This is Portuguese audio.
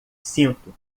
sinto